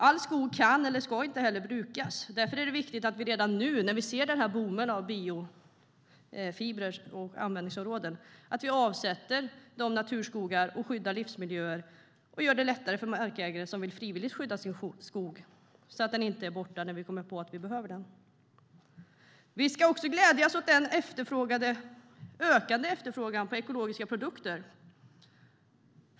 All skog kan eller ska inte heller brukas, och därför är det viktigt att vi redan nu när vi ser boomen för biofibrers användningsområden avsätter naturskogar, skyddar livsmiljöer och gör det lättare för markägare som frivilligt vill skydda sin skog så att den inte är borta när vi kommer på att vi behöver den. Vi ska också glädjas åt den ökade efterfrågan på ekologiska produkter.